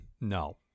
No